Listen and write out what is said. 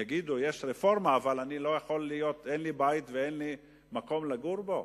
יגידו: יש רפורמה אבל אין לי בית ואין לי מקום לגור בו?